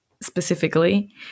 specifically